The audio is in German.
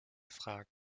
fragen